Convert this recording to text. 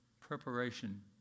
preparation